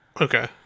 Okay